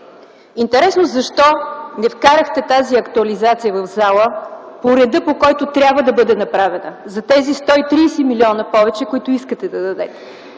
Интересно защо не вкарахте тази актуализация в пленарната зала по реда, по който трябва да бъде направена – за тези 130 милиона повече, които искате да дадете?